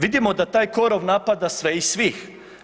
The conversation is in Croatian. Vidimo da taj korov napada sve i svih.